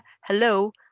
hello